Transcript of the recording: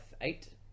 eight